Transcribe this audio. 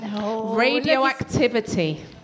Radioactivity